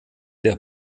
der